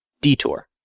Detour